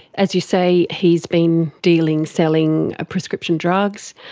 as you say, he's been dealing, selling ah prescription drugs,